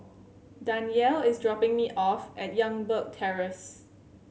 Danyell is dropping me off at Youngberg Terrace